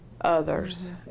others